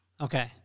Okay